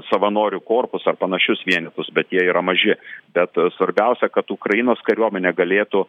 savanorių korpusą ar panašius vienetus bet jie yra maži bet svarbiausia kad ukrainos kariuomenė galėtų